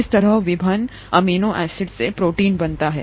इस तरह विभिन्न अमीनो एसिड से प्रोटीन बनता है